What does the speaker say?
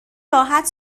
راحت